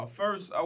first